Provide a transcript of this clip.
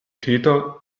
täter